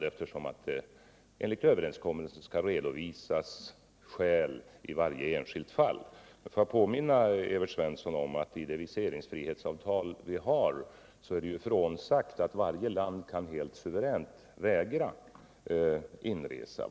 är den överenskommelse enligt vilken det skall redovisas skäl härför i varje särskilt fall. Jag vill påminna Evert Svensson om att det i det viseringsfrihetsavtal som vi har är utsagt, att varje land helt suveränt kan vägra inresa.